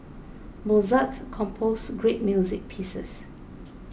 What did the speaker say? Mozart composed great music pieces